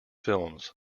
films